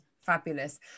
Fabulous